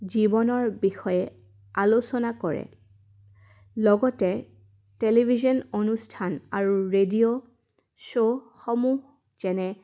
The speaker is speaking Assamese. জীৱনৰ বিষয়ে আলোচনা কৰে লগতে টেলিভিশন অনুষ্ঠান আৰু ৰেডিঅ' শ্ব'সমূহ যেনে